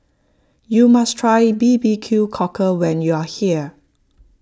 you must try B B Q Cockle when you are here